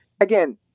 again